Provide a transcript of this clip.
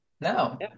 No